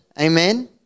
Amen